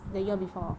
ya